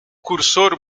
cursor